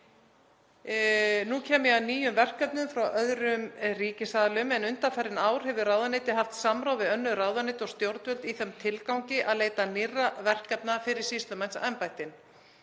Nú kem ég að nýjum verkefnum frá öðrum ríkisaðilum, en undanfarin ár hefur ráðuneytið haft samráð við önnur ráðuneyti og stjórnvöld í þeim tilgangi að leita nýrra verkefna fyrir sýslumannsembættin.